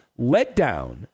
Letdown